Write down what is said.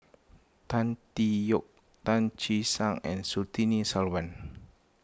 Tan Tee Yoke Tan Che Sang and Surtini Sarwan